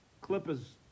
clippers